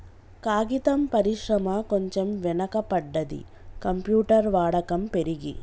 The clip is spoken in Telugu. కాగితం పరిశ్రమ కొంచెం వెనక పడ్డది, కంప్యూటర్ వాడకం పెరిగి